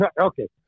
okay